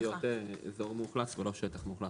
אזור מאוכלס לא שטח מאוכלס,